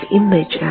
image